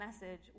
message